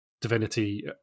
Divinity